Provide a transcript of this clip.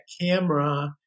camera